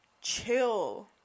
chill